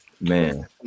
man